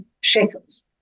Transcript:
shekels